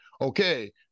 okay